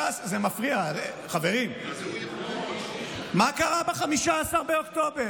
מה קרה ב-15 באוקטובר?